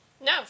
No